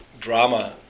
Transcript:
drama